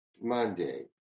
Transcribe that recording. Monday